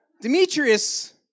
Demetrius